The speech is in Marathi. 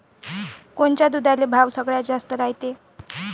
कोनच्या दुधाले भाव सगळ्यात जास्त रायते?